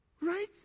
Right